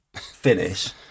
finish